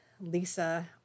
Lisa